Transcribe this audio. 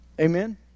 Amen